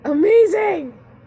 Amazing